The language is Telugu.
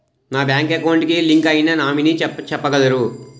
నా బ్యాంక్ అకౌంట్ కి లింక్ అయినా నామినీ చెప్పగలరా?